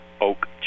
oak